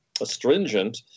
astringent